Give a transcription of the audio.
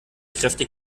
kräftig